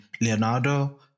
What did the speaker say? Leonardo